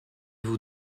vous